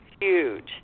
huge